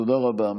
תודה רבה.